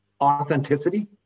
authenticity